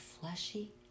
fleshy